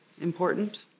important